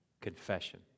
Confession